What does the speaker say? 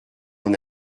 mon